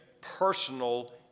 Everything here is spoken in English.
personal